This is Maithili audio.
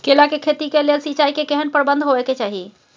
केला के खेती के लेल सिंचाई के केहेन प्रबंध होबय के चाही?